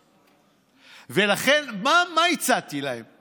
ולכן, מה הצעתי להם?